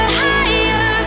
higher